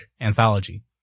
anthology